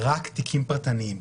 רק תיקים פרטניים.